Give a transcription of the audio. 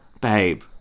babe